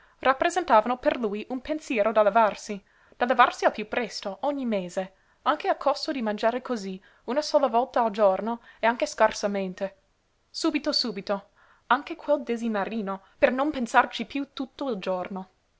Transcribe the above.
rappresentavano per lui un pensiero da levarsi da levarsi al piú presto ogni mese anche a costo di mangiare cosí una sola volta al giorno e anche scarsamente subito subito anche quel desinarino per non pensarci piú per tutto il giorno